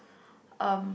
um